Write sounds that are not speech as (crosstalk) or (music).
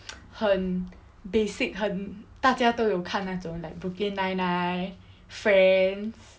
(noise) 很 basic 很大家都有看那种 like brooklyn nine nine friends